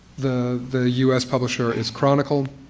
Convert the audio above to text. the the us publisher is chronicle.